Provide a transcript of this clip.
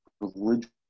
religious